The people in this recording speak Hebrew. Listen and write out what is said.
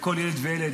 לכל ילד וילד.